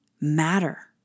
matter